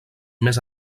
més